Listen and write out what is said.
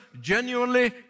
genuinely